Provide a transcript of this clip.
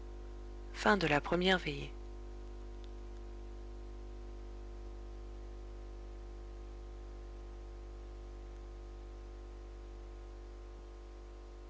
de la veille